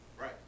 Right